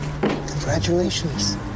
Congratulations